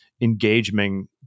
engagement